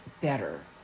better